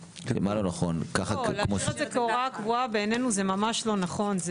--- להשאיר את זה כהוראה קבועה בעינינו זה ממש לא נכון.